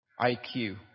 IQ